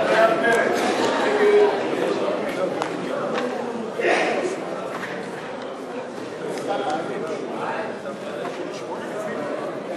ההצעה להסיר מסדר-היום את הצעת חוק שוויון ההזדמנויות